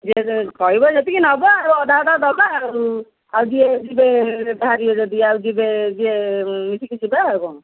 କହିବ ଯେତିକି ନେବ ଆଉ ଅଧା ଅଧା ଦେବା ଆଉ ଆଉ ଯିଏ ଯିବେ ବାହାରିବେ ଯଦି ଆଉ ଯିବେ ଯିଏ ମିଶିକି ଯିବା ଆଉ କ'ଣ